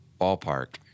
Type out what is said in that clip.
ballpark